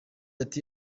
ati